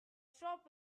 shop